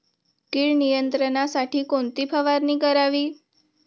कीड नियंत्रणासाठी कोणती फवारणी करावी?